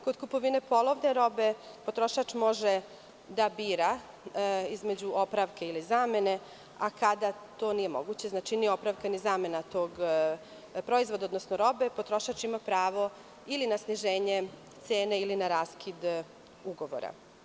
Kod kupovine polovne robe potrošač može da bira između opravke ili zamene, a kada to nije moguće, znači ni opravka ni zamena tog proizvoda, odnosno robe, potrošač ima pravo ili na sniženje cene ili na raskid ugovora.